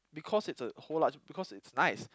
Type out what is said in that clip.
because it's a whole large because it's nice